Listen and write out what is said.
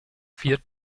vier